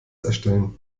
erstellen